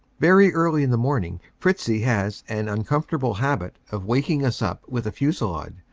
very early in the morning fritzie has an uncomfortable habit of waking us up with a fusillade,